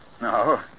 no